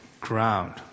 ground